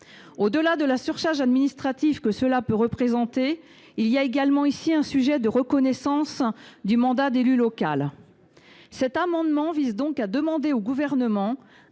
Au delà de la surcharge administrative que cela peut représenter, il y va de la reconnaissance du mandat d’élu local. Cet amendement vise ainsi à demander au Gouvernement